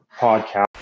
podcast